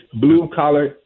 blue-collar